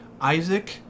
Isaac